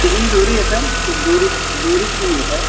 कितनी दूरी है सर कि दूरी दूरी कितनी है सर